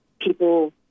people